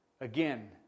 Again